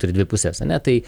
turi dvi puses ane tai